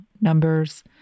numbers